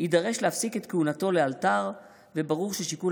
יידרש להפסיק את כהונתו לאלתר וברור ששיקול